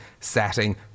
setting